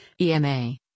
EMA